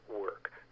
work